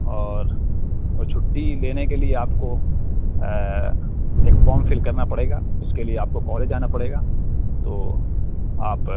اور چُھٹی لینے کے لئے آپ کو ایک فارم فل کرنا پڑے گا اُس کے لئے آپ کو کالج آنا پڑے گا تو آپ